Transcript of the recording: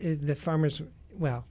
the farmers well